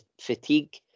fatigue